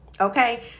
Okay